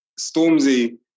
Stormzy